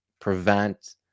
prevent